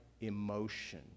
emotion